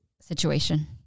situation